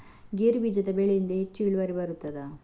ಗೇರು ಬೀಜದ ಬೆಳೆಯಿಂದ ಹೆಚ್ಚು ಇಳುವರಿ ಬರುತ್ತದಾ?